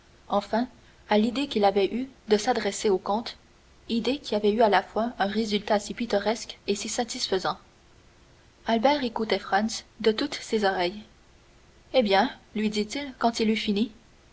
enfin à l'idée qu'il avait eue de s'adresser au comte idée qui avait eu à la fois un résultat si pittoresque et si satisfaisant albert écoutait franz de toutes ses oreilles eh bien lui dit-il quand il eut fini